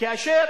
כאשר,